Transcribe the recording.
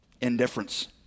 indifference